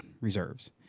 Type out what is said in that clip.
reserves